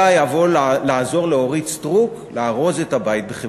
יבוא לעזור לאורית סטרוק לארוז את הבית בחברון.